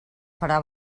farà